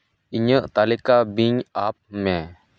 ᱤᱧᱟᱹᱜ ᱛᱟᱞᱤᱠᱟ ᱵᱤᱝ ᱟᱯᱢᱮ